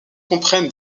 comprennent